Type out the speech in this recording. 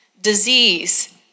disease